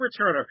returner